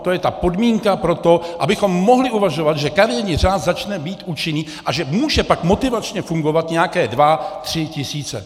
To je ta podmínka pro to, abychom mohli uvažovat, že kariérní řád začne být účinný a že můžou pak motivačně fungovat nějaké dva tři tisíce.